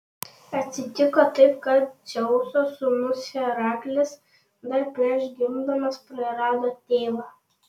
atsitiko taip kad dzeuso sūnus heraklis dar prieš gimdamas prarado tėvą